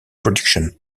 production